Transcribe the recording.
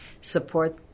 support